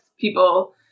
people